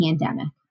pandemic